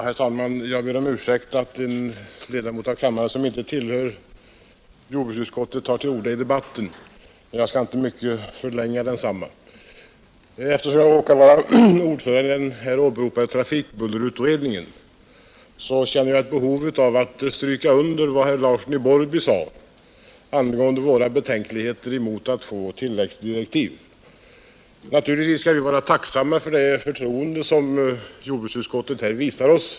Herr talman! Jag ber om ursäkt för att en ledamot av kammaren som inte tillhör jordbruksutskottet tar till orda i debatten. Jag skall inte förlänga den mycket. Eftersom jag är ordförande i den här åberopade trafikbullerutredningen, känner jag ett behov av att stryka under vad herr Larsson i Borrby sade angående våra betänkligheter mot att få tilläggsdirektiv. Naturligtvis skall vi vara tacksamma för det förtroende som jordbruksutskottet här visar oss.